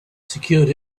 secured